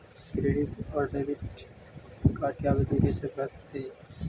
Credit और debit card के आवेदन कैसे भरैतैय?